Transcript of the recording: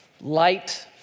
light